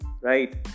right